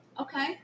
Okay